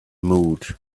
mood